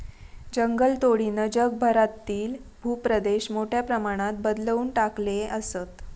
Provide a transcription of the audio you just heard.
जंगलतोडीनं जगभरातील भूप्रदेश मोठ्या प्रमाणात बदलवून टाकले आसत